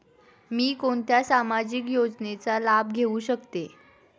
मी कोणत्या सामाजिक योजनेचा लाभ घेऊ शकते?